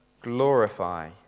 glorify